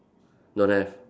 don't have